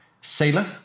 sailor